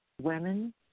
women